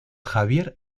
javier